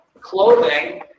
clothing